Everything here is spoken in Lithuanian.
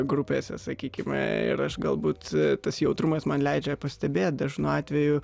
grupėse sakykime ir aš galbūt tas jautrumas man leidžia pastebėt dažnu atveju